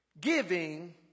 Giving